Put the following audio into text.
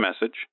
message